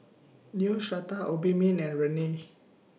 Neostrata Obimin and Rene